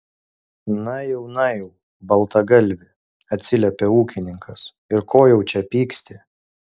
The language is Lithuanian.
na jau na jau baltagalvi atsiliepė ūkininkas ir ko jau čia pyksti